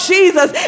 Jesus